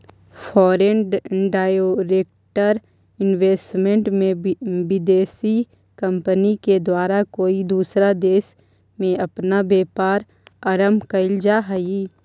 foreign direct investment में विदेशी company के द्वारा कोई दूसरा देश में अपना व्यापार आरंभ कईल जा हई